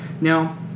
Now